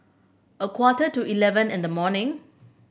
a quarter to eleven in the morning